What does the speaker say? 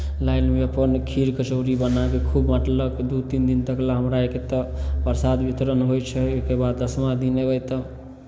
लाइनमे अपन खीर कचौड़ी बना कऽ खूब बाँटलक दू तीन दिन तक लेल हमरा एतय प्रसाद वितरण होइ छै ओहिके बाद दसमा दिन अयबै तऽ